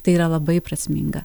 tai yra labai prasminga